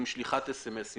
עם שליחת אס אמ אסים.